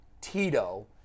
Tito